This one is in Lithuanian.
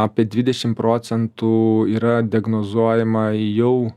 apie dvidešim procentų yra diagnozuojama jau